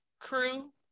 crew